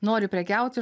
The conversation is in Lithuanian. nori prekiauti